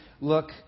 look